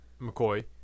McCoy